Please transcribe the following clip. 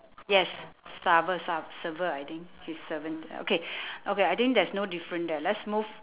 yes surfe~ su~ surfer I think she's surfing ya okay okay I think there's no difference there let's move